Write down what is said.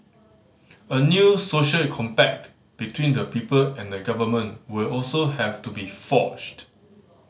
a new social compact between the people and the government will also have to be forged